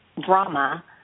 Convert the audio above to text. drama